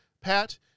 Pat